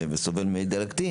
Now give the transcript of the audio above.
כי הוא סובל מדלקת כלשהי